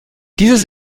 dieses